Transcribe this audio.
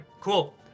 cool